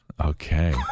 Okay